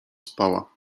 spała